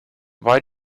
why